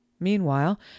Meanwhile